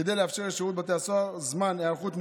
כדי לאפשר לשירות בתי הסוהר זמן היערכות.